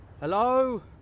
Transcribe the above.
Hello